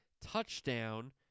touchdown